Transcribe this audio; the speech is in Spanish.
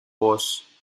voz